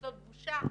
זאת בושה.